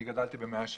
אני גדלתי במאה שערים,